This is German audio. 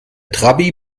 trabi